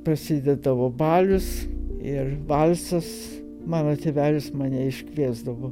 prasidėdavo balius ir valsas mano tėvelis mane iškviesdavo